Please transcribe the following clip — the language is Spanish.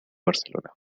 barcelona